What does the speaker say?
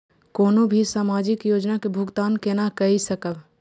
कोनो भी सामाजिक योजना के भुगतान केना कई सकब?